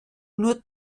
nur